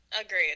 agreed